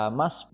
mas